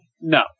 No